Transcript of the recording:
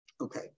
Okay